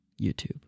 YouTube